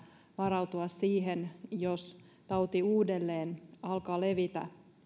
varautua siihen jos tauti uudelleen alkaa levitä